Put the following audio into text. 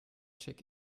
check